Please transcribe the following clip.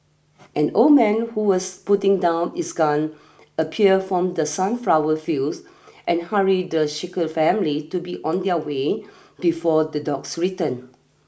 an old man who was putting down its gun appeared from the sunflower fields and hurried the shaker family to be on their way before the dogs return